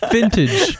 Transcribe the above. Vintage